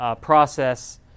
process